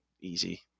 easy